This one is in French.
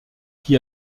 qui